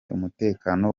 umutekano